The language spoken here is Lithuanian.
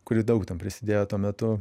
kuri daug ten prisidėjo tuo metu